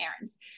errands